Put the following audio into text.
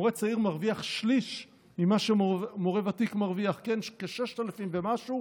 מורה צעיר מרוויח שליש ממה שמורה ותיק מרוויח: כ-6,000 ומשהו,